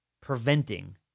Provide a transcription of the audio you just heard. preventing